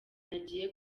nagiye